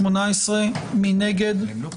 --- הם לא פה.